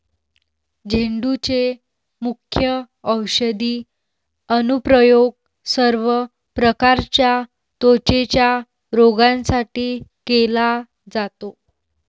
झेंडूचे मुख्य औषधी अनुप्रयोग सर्व प्रकारच्या त्वचेच्या रोगांसाठी केला जातो